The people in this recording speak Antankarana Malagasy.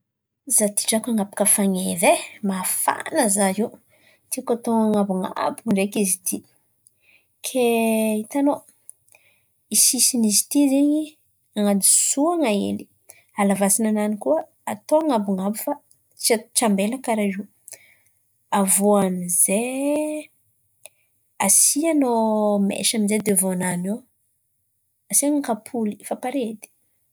Izaho ity drako han̈apaka fan̈eva e, mafan̈a izaho io tiako atao an̈abon̈abo ndraiky izy ity. Kay hitanao, sisin̈y izy ity zen̈y an̈adosoan̈a hely, halavasan̈a-nany koa atao an̈abon̈abo fa tsy ambela kàra io. Avy iô amin'izay asianao mese amin'izay devan nany eo, asian̈a kapoly efa pare edy.